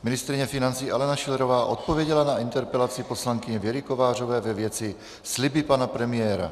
Ministryně financí Alena Schillerová odpověděla na interpelaci poslankyně Věry Kovářové ve věci sliby pana premiéra.